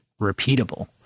repeatable